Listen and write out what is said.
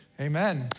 Amen